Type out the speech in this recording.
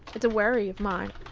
it's a worry of mine.